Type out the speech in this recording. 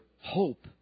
hope